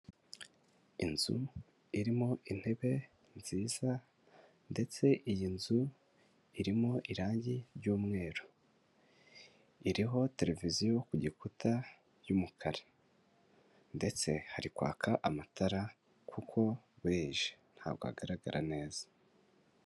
Inzu irimo intebe nziza ndetse iyi nzu irimo irangi ry'umweru, iriho televiziyo ku gikuta y'umukara, ndetse hari kwaka amatara kuko kuko burije ntabwo agaragara neza.